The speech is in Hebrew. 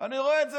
אני רואה את זה